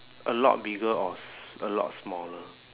a lot bigger or s~ a lot smaller